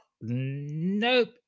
Nope